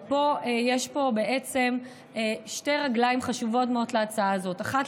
ופה יש שתי רגליים חשובות מאוד להצעה הזאת: האחת,